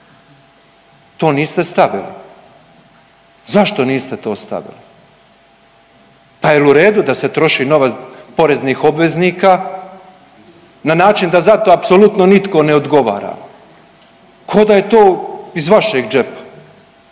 To niste stavili. Zašto niste to stavili? Pa jel u redu da se troši novac poreznih obveznika na način da za to apsolutno nitko ne odgovara? Ko da je to iz vašeg džepa,